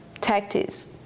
tactics